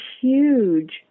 huge